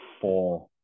four